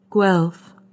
Guelph